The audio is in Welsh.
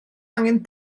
angen